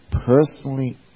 personally